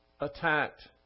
attacked